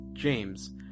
James